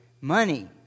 Money